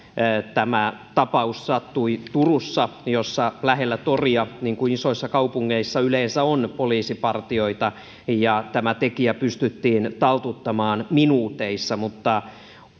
tämä tapaus sattui turussa jossa lähellä toria niin kuin isoissa kaupungeissa yleensä on poliisipartioita ja tämä tekijä pystyttiin taltuttamaan minuuteissa mutta